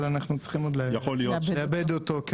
אבל אנחנו צריכים עוד לעבד אותו.